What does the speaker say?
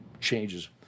changes